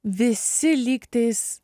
visi lyg tais